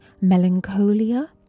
Melancholia